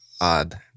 odd